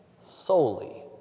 solely